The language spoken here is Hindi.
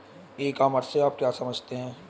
ई कॉमर्स से आप क्या समझते हैं?